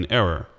error